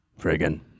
friggin